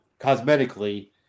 cosmetically